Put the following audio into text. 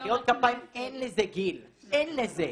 מחיאות כפיים אין לזה גיל, אין לזה.